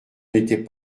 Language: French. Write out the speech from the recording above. n’était